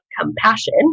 compassion